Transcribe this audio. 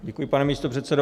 Děkuji, pane místopředsedo.